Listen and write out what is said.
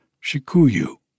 Shikuyu